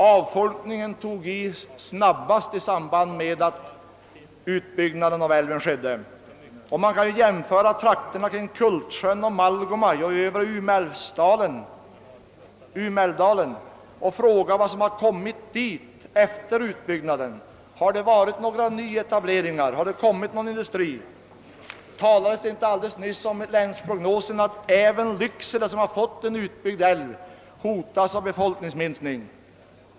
Avflyttningen gick snabbast i samband med utbyggnaden av älven. Vi kan också jämföra med trakterna kring Kultsjön och Malgomaj samt övre Umeälvsdalen och fråga oss vad som kommit dit efter utbyggnaden. Har det varit några nyetableringar, har det kommit någon industri? Nämndes inte alldeles nyss länsprognosen, enligt vilken även Lycksele, som fått en utbyggd älv, hotas av befolkningsminskning?